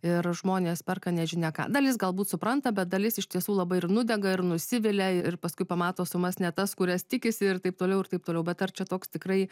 ir žmonės perka nežinia ką dalis galbūt supranta bet dalis iš tiesų labai ir nudega ir nusivilia ir paskui pamato sumas ne tas kurias tikisi ir taip toliau ir taip toliau bet ar čia toks tikrai